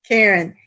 Karen